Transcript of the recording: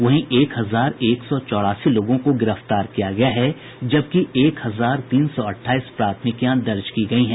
वहीं एक हजार एक सौ चौरासी लोगों को गिरफ्तार किया गया है जबकि एक हजार तीन सौ अट्ठाईस प्राथमिकियां दर्ज की गयी हैं